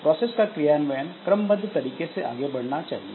process का क्रियान्वयन क्रमबद्ध तरीके से आगे बढ़ना चाहिए